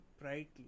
brightly